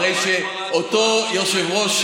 אחרי שאותו יושב-ראש,